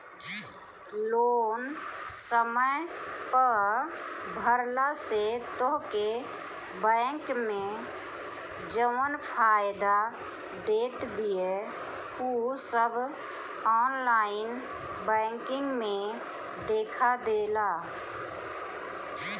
loan समय पअ भरला से तोहके बैंक जवन फायदा देत बिया उ सब ऑनलाइन बैंकिंग में देखा देला